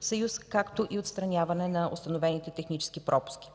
съюз, както и отстраняване на установените технически пропуски.